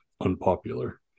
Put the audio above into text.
unpopular